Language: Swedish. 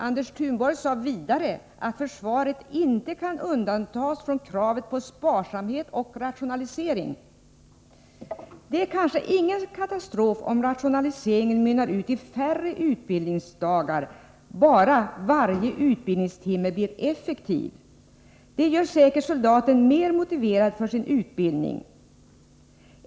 Anders Thunborg sade vidare att försvaret inte kan undantas från kraven på sparsamhet och rationalisering. Det är kanske ingen katastrof om rationaliseringen mynnar ut i färre utbildningsdagar, bara varje utbildningstimme blir effektiv. Det gör säkert soldaten mer motiverad för sin utbildning.